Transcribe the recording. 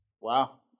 Wow